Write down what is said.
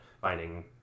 finding